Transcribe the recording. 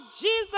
Jesus